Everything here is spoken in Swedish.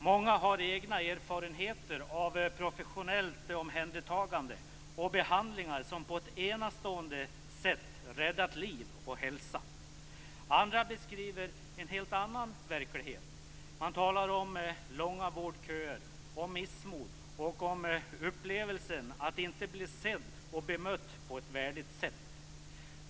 Många har egna erfarenheter av professionellt omhändertagande och behandlingar som på ett enastående sätt räddat liv och hälsa. Andra beskriver en helt annan verklighet. Man talar om långa vårdköer, om missmod och om upplevelsen att inte bli sedd och bemött på ett värdigt sätt.